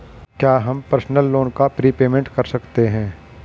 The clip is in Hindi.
क्या हम पर्सनल लोन का प्रीपेमेंट कर सकते हैं?